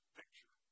picture